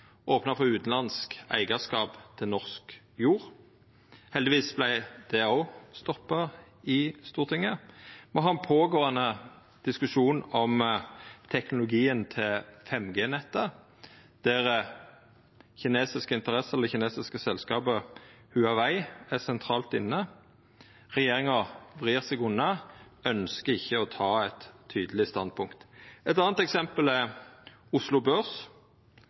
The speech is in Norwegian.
opna for utanlandsk eigarskap til norsk jord. Heldigvis vart det òg stoppa i Stortinget. Det går føre seg ein diskusjon om teknologien til 5G-nettet, der kinesiske interesser, eller det kinesiske selskapet Huawei, er sentralt inne. Regjeringa vrir seg unna og ønskjer ikkje å ta eit tydeleg standpunkt. Eit anna eksempel er Oslo Børs.